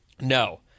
No